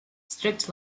strict